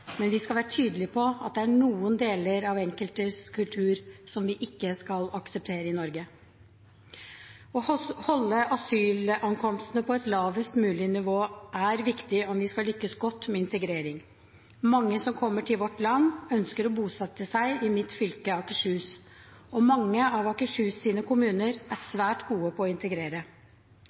Men vi skal være tydelige på at det er noen deler av enkeltes kultur som vi ikke skal akseptere i Norge. Å holde antall asylankomster på et lavest mulig nivå er viktig om vi skal lykkes godt med integreringen. Mange som kommer til vårt land, ønsker å bosette seg i mitt fylke, Akershus, og mange av kommunene i Akershus er svært gode på å integrere.